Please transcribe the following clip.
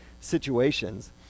situations